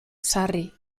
sarri